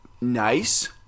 nice